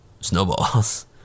snowballs